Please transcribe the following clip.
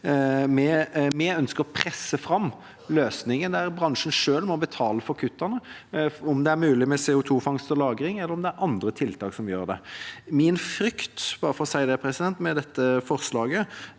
Vi ønsker å presse fram løsninger der bransjen selv må betale for kuttene, om det er mulig med CO2-fangst og -lagring eller med andre tiltak. Min frykt med dette forslaget